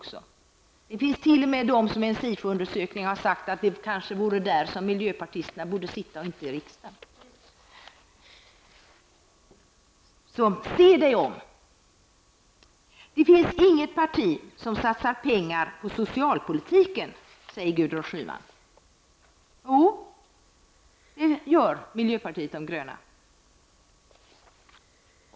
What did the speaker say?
Det finns t.o.m. de som i en Sifo-undersökning har sagt att det kanske är där miljöpartisterna borde stå i stället för att sitta i riksdagen. Se dig om! Det finns inget parti som satsar pengar på socialpolitiken, säger Gudrun Schyman vidare. Jo, det gör miljöpartiet de gröna.